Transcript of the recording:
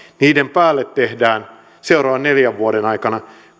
tehdään seuraavan neljän vuoden aikana